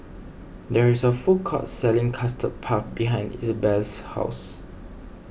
there is a food court selling Custard Puff behind Izabelle's house